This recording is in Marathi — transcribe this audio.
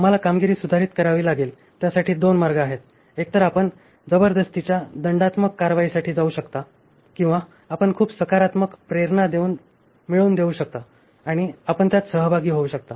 आम्हाला कामगिरी सुधारित करावी लागेल त्यासाठी दोन मार्ग आहेत एकतर आपण जबरदस्तीच्या दंडात्मक कारवाईसाठी जाऊ शकता किंवा आपण खूप सकारात्मक प्रेरणा मिळवून देऊ शकता आणि आपण त्यात सहभागी होऊ शकता